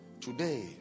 today